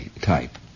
type